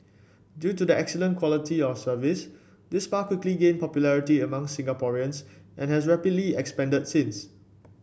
due to the excellent quality of service this spa quickly gained popularity amongst Singaporeans and has rapidly expanded since